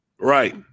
Right